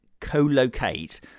co-locate